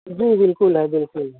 جی بالکل ہے بالکل